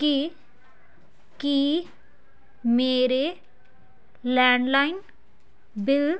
ਕਿ ਕੀ ਮੇਰੇ ਲੈਂਡਲਾਈਨ ਬਿੱਲ